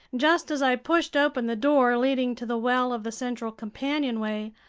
just as i pushed open the door leading to the well of the central companionway,